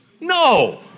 No